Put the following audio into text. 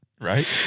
Right